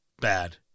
bad